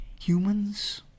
humans